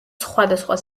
სხვადასხვა